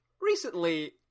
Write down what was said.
Recently